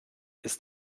ist